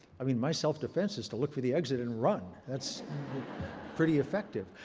i mean my self-defense is to look for the exit and run. that's pretty effective.